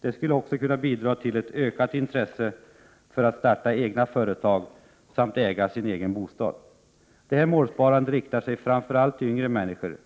Det skulle också kunna bidra till ett ökat intresse för att starta eget företag samt att äga sin egen bostad. Detta målsparande riktar sig framför allt till yngre människor.